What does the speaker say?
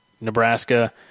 Nebraska